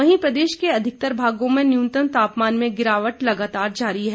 वहीं प्रदेश के अधिकतर भागों में न्यूनतम तापमान में गिरावट लगातार जारी है